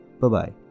Bye-bye